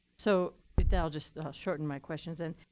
so i'll just shorten my questions and